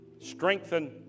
Strengthen